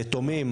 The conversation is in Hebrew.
יתומים,